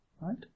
Right